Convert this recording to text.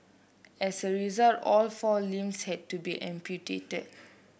as a result all four limbs had to be amputated